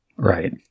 Right